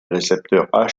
récepteurs